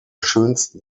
schönsten